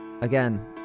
again